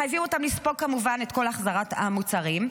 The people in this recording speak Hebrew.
מחייבים אותם לספוג כמובן את כל החזרות המוצרים,